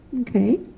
Okay